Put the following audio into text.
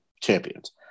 champions